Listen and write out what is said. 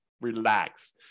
relax